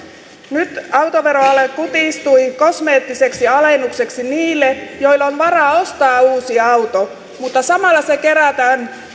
nyt autoveroale kutistui kosmeettiseksi alennukseksi niille joilla on varaa ostaa uusi auto mutta samalla se kerätään